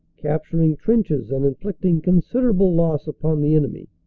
capturing trenches and inflicting considerable loss upon the enemy.